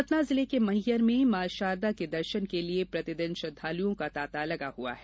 सतना जिर्ले के मैहर में मॉ शारदा के दर्शन के लिए प्रतिदिन ही श्रद्वालुओं का तांता लगा हुआ है